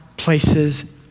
places